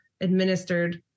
administered